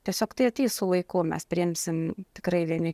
tiesiog tai ateis su laiku mes priimsim tikrai vieni